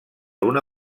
una